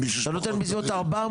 אתה נותן בסביבות 400,